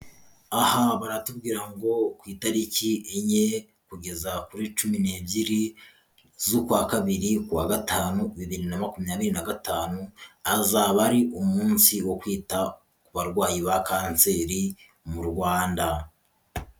Aha baratubwira ngo ku itariki enye kugeza kuri cumi n'ebyiri z'ukwa kabiri ku kwa gatanu bibiri na makumyabiri nagatanu hazaba ari umunsi wo kwita ku barwayi ba kanseri mu Rwanda.